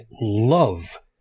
love